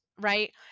right